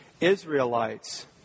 Israelites